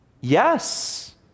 Yes